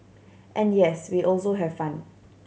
and yes we also have fun